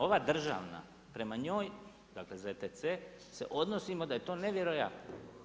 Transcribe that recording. Ova državna, prema njoj, dakle ZTC se odnosimo da je to nevjerojatno.